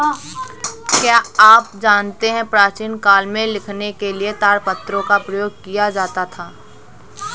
क्या आप जानते है प्राचीन काल में लिखने के लिए ताड़पत्रों का प्रयोग किया जाता था?